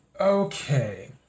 Okay